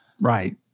Right